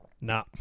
nah